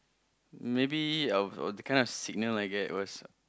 maybe of that kind of signal I get was